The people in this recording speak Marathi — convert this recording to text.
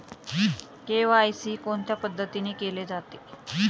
के.वाय.सी कोणत्या पद्धतीने केले जाते?